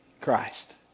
Christ